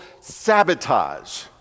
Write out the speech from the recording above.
sabotage